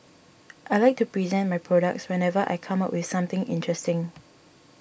I like to present my products whenever I come up with something interesting